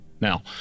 now